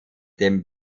dem